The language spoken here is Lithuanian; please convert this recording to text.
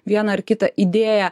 vieną ar kitą idėją